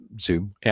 zoom